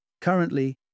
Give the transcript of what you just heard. Currently